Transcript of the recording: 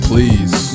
Please